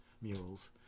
mules